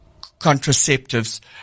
contraceptives